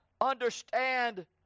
understand